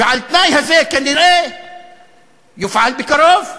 והתנאי כנראה יופעל בקרוב.